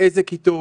באיזה כיתות?